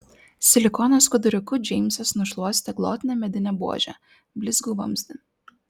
silikono skuduriuku džeimsas nušluostė glotnią medinę buožę blizgų vamzdį